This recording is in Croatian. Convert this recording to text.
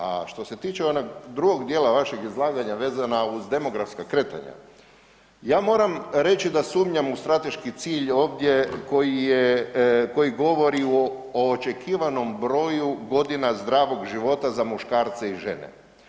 A što se tiče onog drugog dijela vašeg izlaganja vezana uz demografska kretanja, ja moram reći da sumnjam u strateški cilj ovdje koji govori o očekivanom broju godina zdravog života za muškarca i žene.